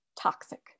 toxic